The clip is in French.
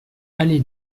allée